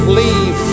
leave